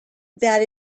that